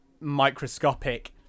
microscopic